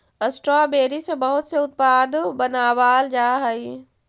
strawberry से बहुत से उत्पाद बनावाल जा हई